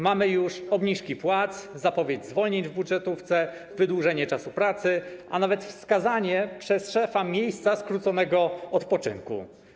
Mamy już obniżki płac, zapowiedź zwolnień w budżetówce, wydłużenie czasu pracy, a nawet wskazanie przez szefa miejsca skróconego odpoczynku.